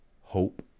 hope